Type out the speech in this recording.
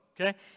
okay